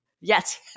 Yes